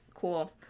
cool